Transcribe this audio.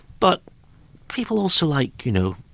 but people also like, you know,